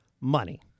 money